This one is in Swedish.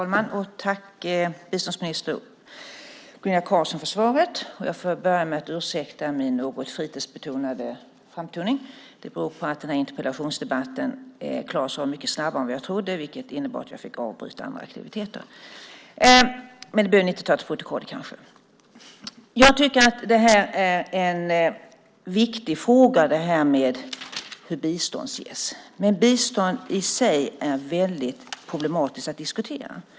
Herr talman! Tack biståndsminister Gunilla Carlsson för svaret. Frågan om hur bistånd ges är viktig. Bistånd i sig är problematiskt att diskutera.